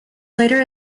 later